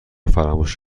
فراموش